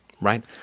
right